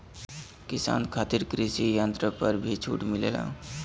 किसान खातिर कृषि यंत्र पर भी छूट मिलेला?